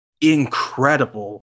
incredible